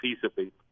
peaceably